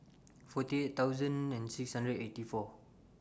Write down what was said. forty eight thousand and six hundred eight four